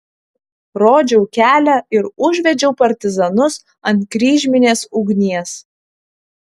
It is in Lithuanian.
rodžiau kelią ir užvedžiau partizanus ant kryžminės ugnies